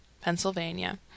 pennsylvania